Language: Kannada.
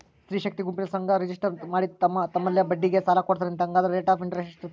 ಸ್ತ್ರೇ ಶಕ್ತಿ ಗುಂಪಿನಲ್ಲಿ ಸಂಘ ರಿಜಿಸ್ಟರ್ ಮಾಡಿ ತಮ್ಮ ತಮ್ಮಲ್ಲೇ ಬಡ್ಡಿಗೆ ಸಾಲ ಕೊಡ್ತಾರಂತೆ, ಹಂಗಾದರೆ ರೇಟ್ ಆಫ್ ಇಂಟರೆಸ್ಟ್ ಎಷ್ಟಿರ್ತದ?